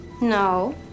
no